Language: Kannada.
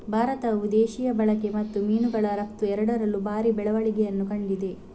ಭಾರತವು ದೇಶೀಯ ಬಳಕೆ ಮತ್ತು ಮೀನುಗಳ ರಫ್ತು ಎರಡರಲ್ಲೂ ಭಾರಿ ಬೆಳವಣಿಗೆಯನ್ನು ಕಂಡಿದೆ